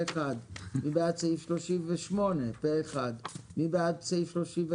הצבעה סעיף 85(34) אושר מי בעד סעיף 35?